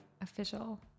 Official